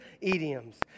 idioms